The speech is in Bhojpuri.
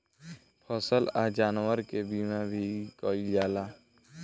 फसल आ जानवर के बीमा भी कईल जाला